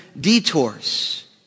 detours